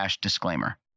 disclaimer